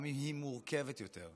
גם אם היא מורכבת יותר,